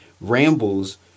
rambles